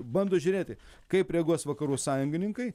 bando žiūrėti kaip reaguos vakarų sąjungininkai